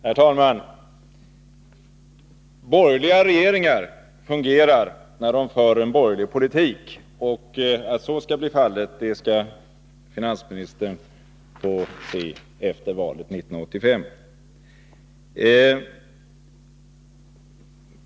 Herr talman! Borgerliga regeringar fungerar när de för en borgerlig politik. Att så är fallet kan finansministern få se efter valet 1985.